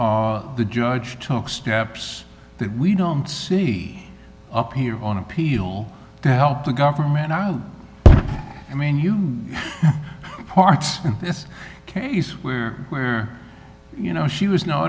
the judge took steps that we don't see up here on appeal to help the government out i mean you parts in this case where where you know she was no